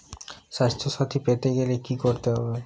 স্বাস্থসাথী পেতে গেলে কি করতে হবে?